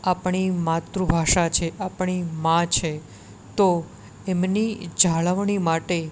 આપણી માતૃભાષા છે આપણી મા છે તો એમની જાળવણી માટે